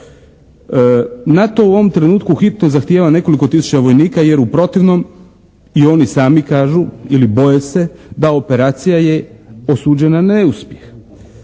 NATO u ovom trenutku hitno zahtijeva nekoliko tisuća vojnika jer u protivnom i oni sami kažu ili boje se da operacija je osuđena na neuspjeh.